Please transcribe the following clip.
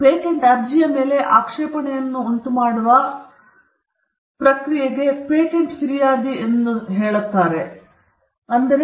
ಮತ್ತು ಪೇಟೆಂಟ್ ಅರ್ಜಿಯ ಮೇಲೆ ಆಕ್ಷೇಪಣೆಯನ್ನು ಉಂಟುಮಾಡುವ ಈ ಪ್ರಕ್ರಿಯೆಯು ಪೇಟೆಂಟ್ ಫಿರ್ಯಾದಿ ಎಂದು ಕರೆಯಲ್ಪಟ್ಟಿದೆ